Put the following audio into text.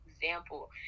example